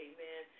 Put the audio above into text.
Amen